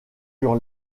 sur